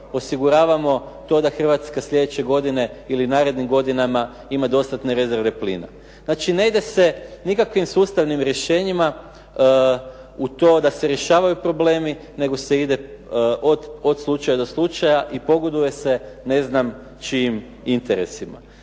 osiguravamo to da Hrvatska slijedeće godine ili narednim godinama ima dostatne rezerve plina. Znači ne ide se nikakvih sustavnim rješenjima u to da se rješavaju problemi, nego se ide od slučaja do slučaja i pogoduje se ne znam čijim interesima.